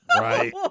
Right